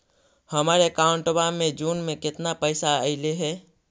हमर अकाउँटवा मे जून में केतना पैसा अईले हे?